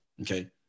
Okay